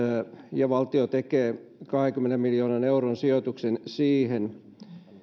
ja valtio tekee kahdenkymmenen miljoonan euron sijoituksen siihen